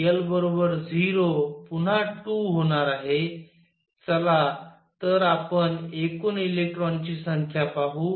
L बरोबर 0 पुन्हा 2 होणार आहे चला तर आपण एकूण इलेक्ट्रॉनची संख्या पाहू